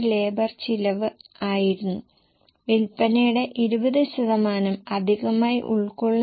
സ്ഥിരമായ ചിലവ് മാറുന്നത് വോളിയവുമായി യാതൊരു ബന്ധവുമില്ല